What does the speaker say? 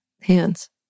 hands